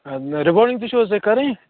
rebounding تہِ چھُ حظ تۄہہِ کَرٕنۍ